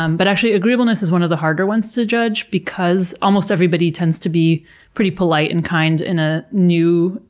um but actually agreeableness is one of the harder ones to judge because almost everybody tends to be pretty polite and kind in a new.